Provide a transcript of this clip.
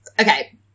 Okay